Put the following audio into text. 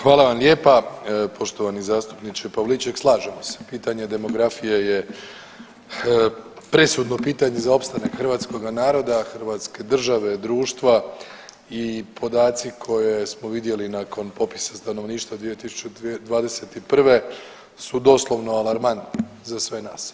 Hvala vam lijepa poštovani zastupniče Pavliček, slažemo se pitanje demografije je presudno pitanje za opstanak hrvatskoga naroda, hrvatske države, društva i podaci koje smo vidjeli nakon popisa stanovništva 2021. su doslovno alarmantni za sve nas.